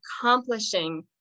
accomplishing